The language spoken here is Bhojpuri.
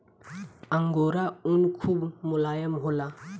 अंगोरा ऊन खूब मोलायम होला